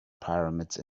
pyramids